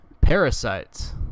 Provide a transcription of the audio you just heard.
Parasites